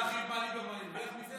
אתה יכול להגיד מה ליברמן הרוויח מזה?